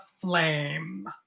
flame